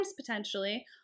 potentially